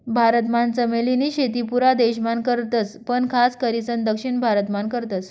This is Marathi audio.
भारत मान चमेली नी शेती पुरा देश मान करतस पण खास करीसन दक्षिण भारत मान करतस